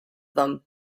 them